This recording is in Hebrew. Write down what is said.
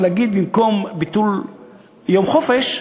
ולהגיד שבמקום ביטול יום חופש,